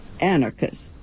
anarchists